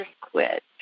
quit